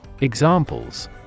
Examples